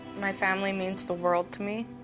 my family means the world to me,